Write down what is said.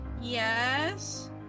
Yes